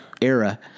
era